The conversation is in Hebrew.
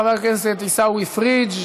חבר הכנסת עיסאווי פריג',